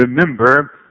Remember